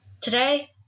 Today